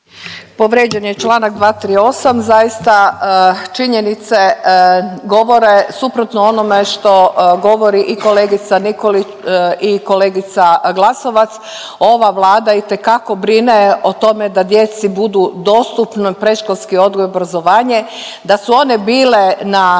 Povrijeđen je čl. 238. Zaista, činjenice govore suprotno onome što govori i kolegica Nikolić i kolegica Glasovac. Ova Vlada itekako brine o tome da djeci budu dostupno predškolski odgoj i obrazovanje, da su one bile na